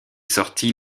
sortie